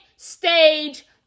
Stage